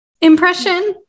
impression